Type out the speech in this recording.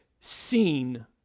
seen